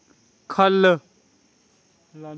ख'ल्ल